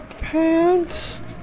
pants